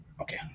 okay